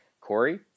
Corey